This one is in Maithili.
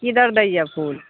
की दर दैया फूल